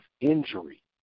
injury